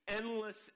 endless